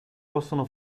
possono